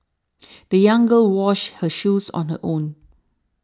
the young girl washed her shoes on her own